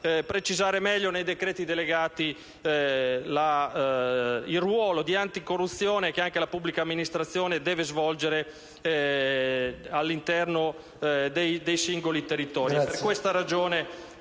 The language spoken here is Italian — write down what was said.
precisare meglio, con i decreti delegati, il ruolo di anticorruzione che anche la pubblica amministrazione deve svolgere all'interno dei singoli territori. Per questa ragione